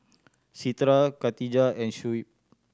Citra Khatijah and Shuib